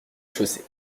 chaussée